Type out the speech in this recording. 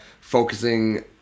focusing